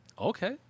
Okay